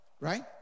right